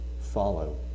follow